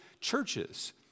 churches